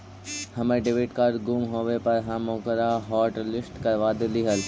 हमर debit card गुम होवे पर हम ओकरा हॉटलिस्ट करवा देली हल